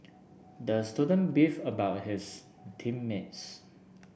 the student beef about his team mates